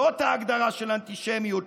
זאת ההגדרה של אנטישמיות,